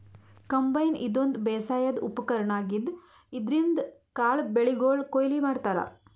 combine ಇದೊಂದ್ ಬೇಸಾಯದ್ ಉಪಕರ್ಣ್ ಆಗಿದ್ದ್ ಇದ್ರಿನ್ದ್ ಕಾಳ್ ಬೆಳಿಗೊಳ್ ಕೊಯ್ಲಿ ಮಾಡ್ತಾರಾ